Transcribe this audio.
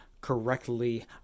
correctly